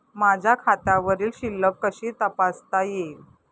माझ्या खात्यावरील शिल्लक कशी तपासता येईल?